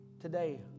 today